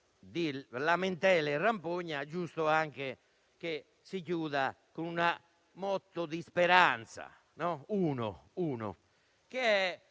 di lamentele e rampogne, è giusto anche che si chiuda con un moto di speranza, almeno uno, che